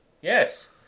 yes